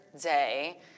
day